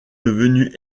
devenue